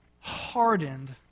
hardened